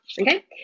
Okay